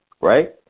right